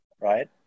right